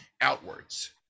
outwards